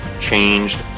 changed